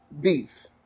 Beef